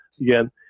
again